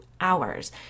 hours